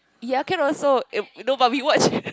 ya can also uh no but we watch